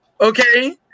Okay